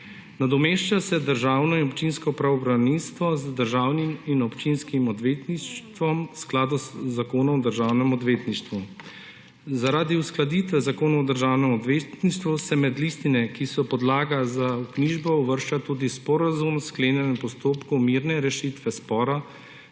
Nadomešča se državno in občinsko pravobranilstvo z državnim in občinskim odvetništvom v skladu z Zakonom o državnem odvetništvu. Zaradi uskladitve Zakona o državnem odvetništvu se med listine, ki so podlaga za vknjižbo, uvršča tudi sporazum, sklenjen v postopku mirne rešitve spora